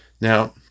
Now